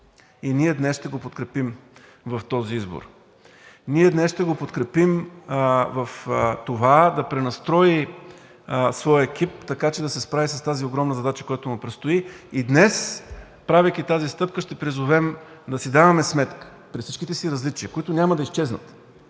Ние днес ще го подкрепим в този избор. Ние днес ще го подкрепим в това да пренастрои своя екип, така че да се справи с тази огромна задача, която му предстои. И днес, правейки тази стъпка, ще призовем: да си даваме сметка при всичките си различия, които няма да изчезнат